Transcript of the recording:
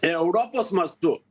europos mastu